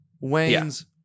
Wayne's